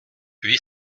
huit